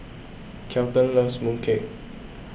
Kelton loves mooncake